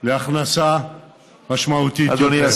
להכנסה משמעותית יותר.